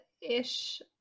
ish